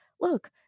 Look